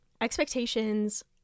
Expectations